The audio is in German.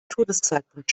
todeszeitpunkt